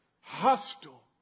hostile